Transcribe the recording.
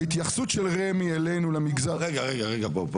ההתייחסות של רמ"י אלינו למגזר --- רגע בוא,